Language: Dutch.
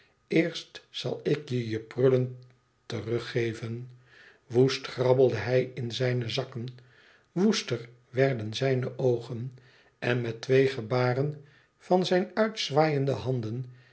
eerst zal ik je je prullen teruggeven woest grabbelde hij in zijne zakken woester werden zijne oogen en met twee gebaren van zijn uitzwaaiende handen